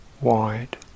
wide